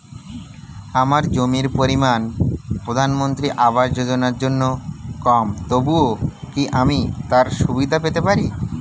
আমার জমির পরিমাণ প্রধানমন্ত্রী আবাস যোজনার জন্য কম তবুও কি আমি তার সুবিধা পেতে পারি?